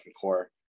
core